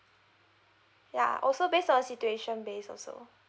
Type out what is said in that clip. ya also based on situation base also